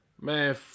man